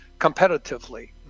competitively